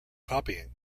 copying